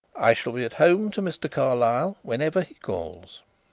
i shall be at home to mr. carlyle whenever he calls.